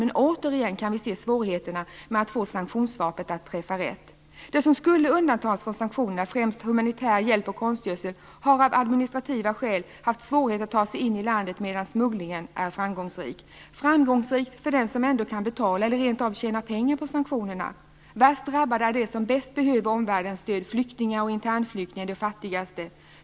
Men återigen kan vi se svårigheterna med att få sanktionsvapnet att träffa rätt. Det som skulle undantas från sanktionerna, främst humanitär hjälp och konstgödsel, har av administrativa skäl haft svårigheter att ta sig in i landet, medan smugglingen är framgångsrik. Den är framgångsrik för den som ändå kan betala eller som rent av tjänar pengar på sanktionerna. Värst drabbade är de som bäst behöver omvärldens stöd, flyktingar, internflyktingar och de fattigaste.